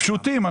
הפשוטים.